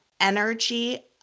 energy